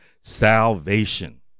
Salvation